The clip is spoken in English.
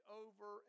over